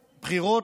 בחירות,